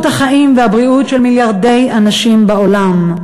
החיים והבריאות של מיליארדי אנשים בעולם,